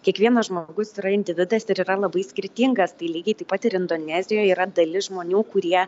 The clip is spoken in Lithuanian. kiekvienas žmogus yra individas ir yra labai skirtingas tai lygiai taip pat ir indonezijoje yra dalis žmonių kurie